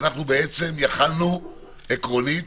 יכולנו עקרונית,